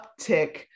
uptick